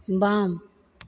बाम